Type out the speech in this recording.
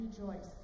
rejoice